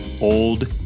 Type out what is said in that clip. old